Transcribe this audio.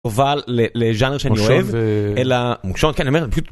הובל ל.. לז'אנר שאני אוהב. עכשיו אה.. אלא מוקשורת, כן אני אומר פשוט..